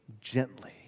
gently